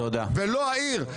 ולא העיר.